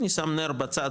אני שם נ"ר בצד,